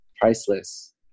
priceless